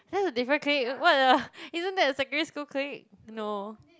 that's a different clique what the isn't that the secondary school clique no